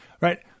right